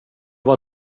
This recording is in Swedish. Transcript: var